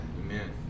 Amen